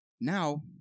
Now